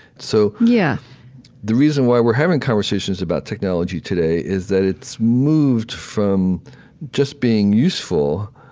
so yeah the reason why we're having conversations about technology today is that it's moved from just being useful,